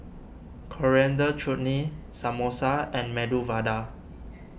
Coriander Chutney Samosa and Medu Vada